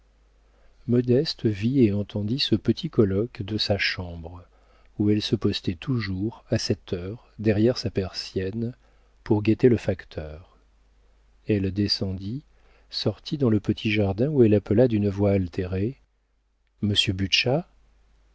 modeste vit et entendit ce petit colloque de sa chambre où elle se postait toujours à cette heure derrière sa persienne pour guetter le facteur elle descendit sortit dans le petit jardin où elle appela d'une voix altérée